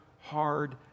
hard